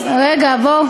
המשפטים, לפחות אל